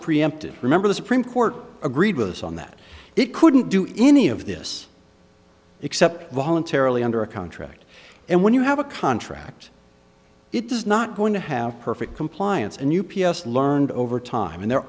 preempted remember the supreme court agreed with us on that it couldn't do any of this except voluntarily under a contract and when you have a contract it is not going to have perfect compliance and u p s learned over time and there